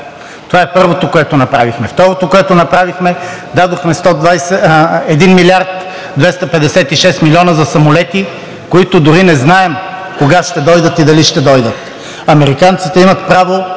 Това е първото, което направихме. Второто, което направихме – дадохме 1 млрд. 256 млн. лв. за самолети, които дори не знаем кога ще дойдат и дали ще дойдат. Американците имат право